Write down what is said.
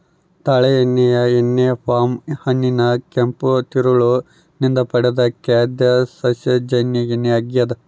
ತಾಳೆ ಎಣ್ಣೆಯು ಎಣ್ಣೆ ಪಾಮ್ ಹಣ್ಣಿನ ಕೆಂಪು ತಿರುಳು ನಿಂದ ಪಡೆದ ಖಾದ್ಯ ಸಸ್ಯಜನ್ಯ ಎಣ್ಣೆ ಆಗ್ಯದ